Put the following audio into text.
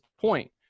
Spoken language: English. point